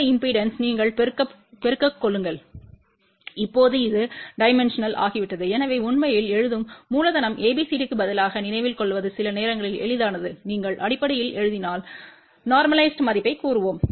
இந்த இம்பெடன்ஸ்டன் நீங்கள் பெருக்கக் கொள்ளுங்கள் இப்போது இது டைமென்ஷன் ஆகிவிட்டது எனவே உண்மையில் எழுதும் மூலதனம் ABCDக்கு பதிலாக நினைவில் கொள்வது சில நேரங்களில் எளிதானது நீங்கள் அடிப்படையில் எழுதினால் நோர்மலைஸ்பட்ட மதிப்பைக் கூறுவோம்